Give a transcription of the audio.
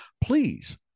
please